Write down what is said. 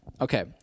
Okay